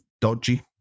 dodgy